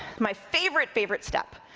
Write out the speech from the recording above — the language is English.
my favorite, favorite step,